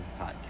podcast